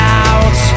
out